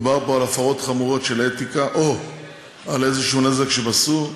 מדובר פה על הפרות חמורות של אתיקה או על איזשהו נזק שהם עשו,